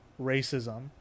racism